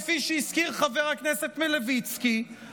כפי שהזכיר חבר הכנסת מלביצקי,